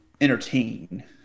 entertain